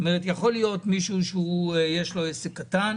יכול להיות מישהו שיש לו עסק קטן